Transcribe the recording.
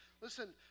Listen